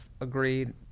agreed